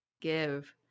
give